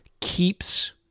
keeps